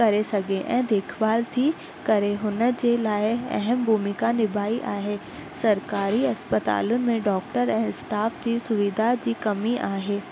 करे सघे ऐं देखभाल थी करे हुन जे लाइ अहम भूमिका निभाई आहे सरकारी अस्पतालूं में डॉक्टर ऐं स्टाफ जी सुविधा जी कमी आहे